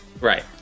Right